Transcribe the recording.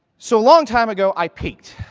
so long time ago i peaked.